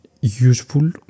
useful